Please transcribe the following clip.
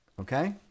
Okay